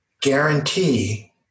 guarantee